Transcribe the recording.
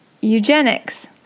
eugenics